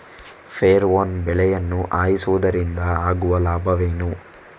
Pheromone ಬಲೆಯನ್ನು ಹಾಯಿಸುವುದರಿಂದ ಆಗುವ ಲಾಭವೇನು?